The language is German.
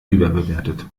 überbewertet